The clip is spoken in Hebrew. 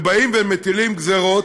ובאים ומטילים גזירות,